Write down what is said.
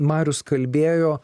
marius kalbėjo